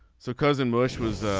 so cousin bush was.